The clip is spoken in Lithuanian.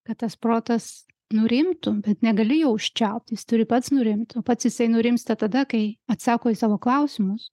kad tas protas nurimtų bet negali jo užčiaupt jis turi pats nurimt o pats jisai nurimsta tada kai atsako į savo klausimus